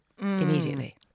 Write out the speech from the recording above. immediately